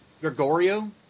Gregorio